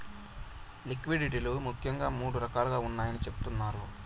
liquidity లు ముఖ్యంగా మూడు రకాలుగా ఉన్నాయని చెబుతున్నారు